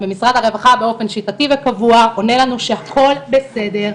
ומשרד הרווחה באופן שיטתי וקבוע עונה לנו שהכל בסדר.